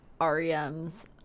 REMs